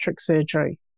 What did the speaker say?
surgery